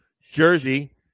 Jersey